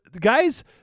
guys